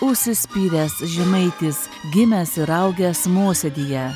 užsispyręs žemaitis gimęs ir augęs mosėdyje